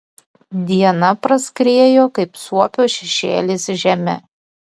diena praskriejo kaip suopio šešėlis žeme